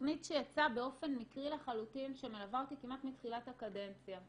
תכנית שיצאה באופן מקרי לחלוטין שמלווה אותי כמעט מתחילת הקדנציה.